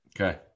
Okay